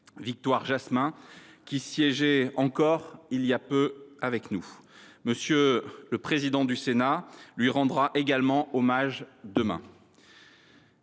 Victoire Jasmin, qui siégeait encore il y a peu avec nous. M. le président du Sénat lui rendra hommage demain.